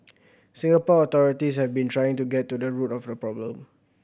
Singapore authorities have been trying to get to the root of the problem